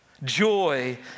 Joy